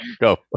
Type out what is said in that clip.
go